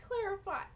clarify